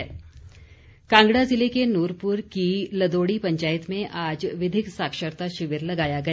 विधिक साक्षरता कांगड़ा जिले के नूरपुर की लदोड़ी पंचायत में आज विधिक साक्षरता शिविर लगाया गया